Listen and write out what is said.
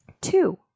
Two